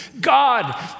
God